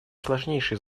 сложнейшие